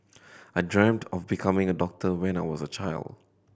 I dreamt of becoming a doctor when I was a child